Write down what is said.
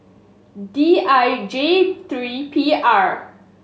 D I J three P R